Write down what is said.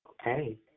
Okay